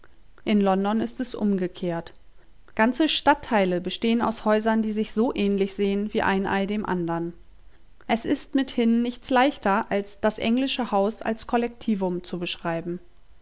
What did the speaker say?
in london ist es umgekehrt ganze stadtteile bestehen aus häusern die sich so ähnlich sehn wie ein ei dem andern es ist mithin nichts leichter als das englische haus als kollektivum zu beschreiben